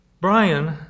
Brian